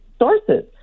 sources